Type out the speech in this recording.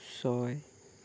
ছয়